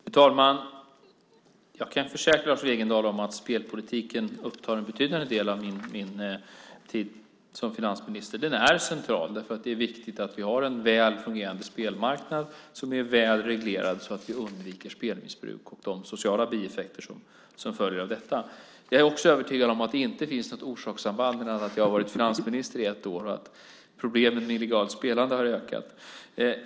Fru talman! Jag kan försäkra Lars Wegendal att spelpolitiken upptar en betydande del av min tid som finansminister. Den är central. Det är viktigt att vi har en väl fungerande och väl reglerad spelmarknad så att vi undviker spelmissbruk och de sociala bieffekter som följer av detta. Jag är övertygad om att det inte finns något orsakssamband mellan att jag varit finansminister i ett år och att problemen med illegalt spelande ökat.